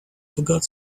forgot